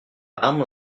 madame